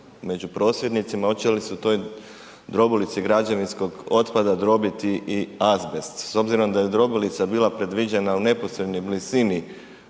među prosvjednicima hoće li se u toj drobilici građevinskog otpada drobiti i azbest s obzirom da je drobilica bila predviđena u neposrednoj blizini